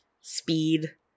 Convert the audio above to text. speed